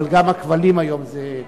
אבל גם הכבלים היום זה,